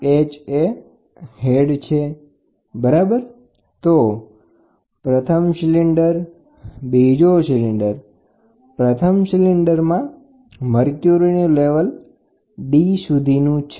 H head છે બરાબર તો પ્રથમ સિલિન્ડર બીજો સિલેન્ડર પ્રથમ સિલિન્ડરમાં મર્ક્યુરીનું લેવલ D સુધીનું છે